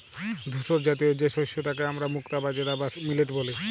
ধূসরজাতীয় যে শস্য তাকে হামরা মুক্তা বাজরা বা মিলেট ব্যলি